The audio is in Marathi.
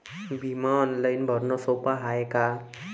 बिमा ऑनलाईन भरनं सोप हाय का?